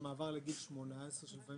במעבר לגיל 18 --- כן,